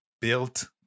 built